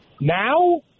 Now